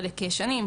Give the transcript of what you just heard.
חלק ישנים,